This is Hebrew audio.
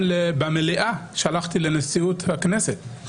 בקשה גם לנשיאות הכנסת לקיים דיון במליאת הכנסת.